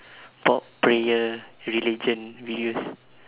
top players religion we use